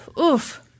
oof